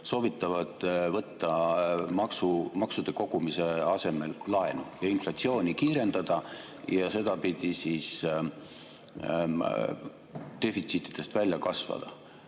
tõusevad, võtta maksude kogumise asemel laenu ja inflatsiooni kiirendada ja sedapidi defitsiitidest välja kasvada.